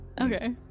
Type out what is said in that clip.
okay